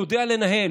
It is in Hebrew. הוא יודע לנהל.